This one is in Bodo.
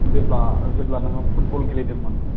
जेब्ला जेब्ला नोङो फुटबल गेलेदोंमोन